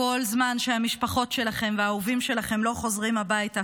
כל זמן שהמשפחות שלכם והאהובים שלכם לא חוזרים הביתה,